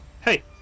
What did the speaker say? hey